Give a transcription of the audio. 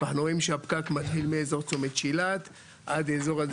אנחנו רואים שהפקק מתחיל מאזור צומת שילת עד האזור הזה